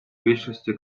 більшості